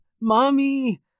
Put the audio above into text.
Mommy